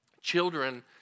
Children